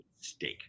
steak